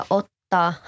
ottaa